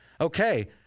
Okay